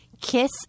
kiss